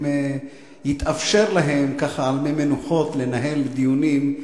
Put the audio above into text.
אם יתאפשר להם על מי מנוחות לנהל דיונים,